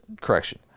Correction